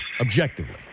objectively